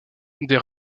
des